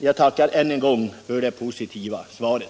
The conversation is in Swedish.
Jag tackar än en gång för det positiva svaret.